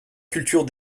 culture